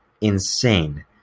insane